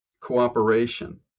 cooperation